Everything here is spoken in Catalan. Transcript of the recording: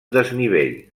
desnivell